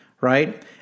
right